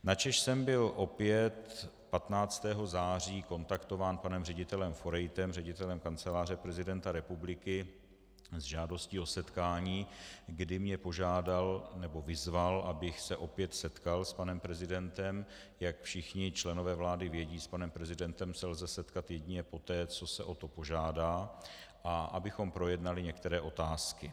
Načež jsem byl opět 15. září kontaktován panem ředitelem Forejtem, ředitelem Kanceláře prezidenta republiky, s žádostí o setkání, kdy mě požádal nebo vyzval, abych se opět setkal s panem prezidentem jak všichni členové vlády vědí, s panem prezidentem se lze setkat jedině poté, co se o to požádá , abychom projednali některé otázky.